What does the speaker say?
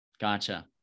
Gotcha